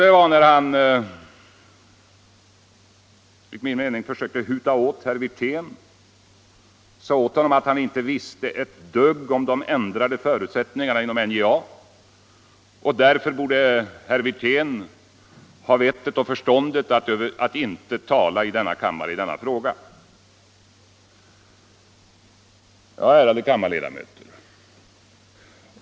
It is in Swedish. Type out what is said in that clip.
Han försökte enligt min mening huta åt herr Wirtén och sade att herr Wirtén inte visste ett dugg om de ändrade förutsättningarna inom NJA och därför borde ha vettet att inte tala om denna fråga här i kammaren. Ärade kammarledamöter!